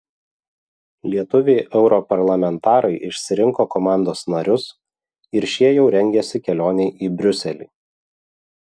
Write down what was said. lietuviai europarlamentarai išsirinko komandos narius ir šie jau rengiasi kelionei į briuselį